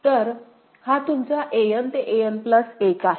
तर हे तुमचा An ते An प्लस 1 आहे